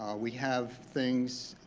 we have things,